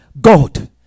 God